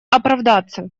оправдаться